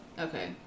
Okay